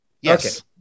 Yes